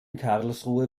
karlsruhe